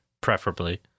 Preferably